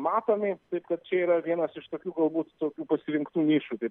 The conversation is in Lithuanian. matomi taip kad čia yra vienas iš tokių galbūt tokių pasirinktų iššūkių